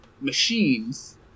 machines